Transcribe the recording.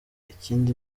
ikindi